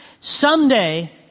Someday